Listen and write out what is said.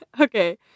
Okay